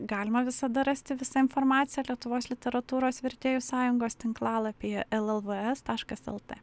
galima visada rasti visą informaciją lietuvos literatūros vertėjų sąjungos tinklalapyje el el vė es taškas el tė